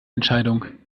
entscheidung